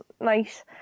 nice